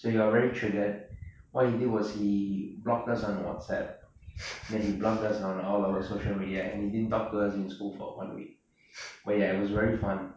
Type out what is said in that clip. then he got very triggered what did he was he blocked us on whatsapp then he blocked us on all our social media and didn't talk to us in school for one week but ya it was very fun